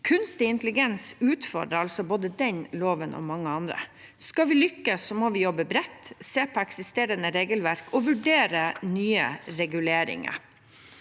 Kunstig intelligens utfordrer altså både denne loven og mange andre. Skal vi lykkes, må vi jobbe bredt, se på eksisterende regelverk og vurdere nye reguleringer.